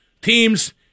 teams